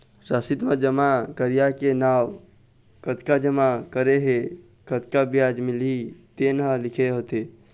रसीद म जमा करइया के नांव, कतका जमा करे हे, कतका बियाज मिलही तेन ह लिखे होथे